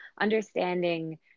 understanding